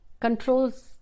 controls